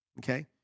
okay